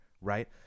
right